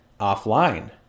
offline